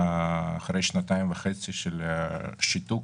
אחרי שנתיים וחצי של שיתוק